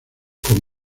con